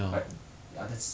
like ya that's